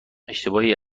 اشتباهی